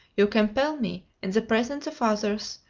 you compel me, in the presence of others,